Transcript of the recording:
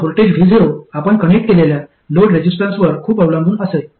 तर voltage vo आपण connect केलेल्या लोड रेसिस्टन्सवर खूप अवलंबून असेल